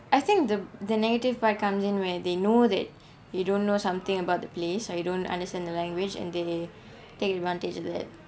I think the the negative part comes in where they know that you don't know something about the place or you don't understand the language and they take advantage of that